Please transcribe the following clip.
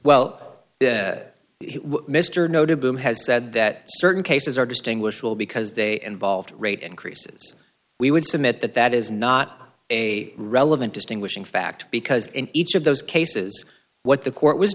well mr know to boom has said that certain cases are distinguishable because they involve rate increases we would submit that that is not a relevant distinguishing fact because in each of those cases what the court was